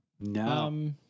no